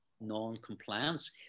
non-compliance